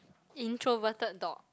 introverted dog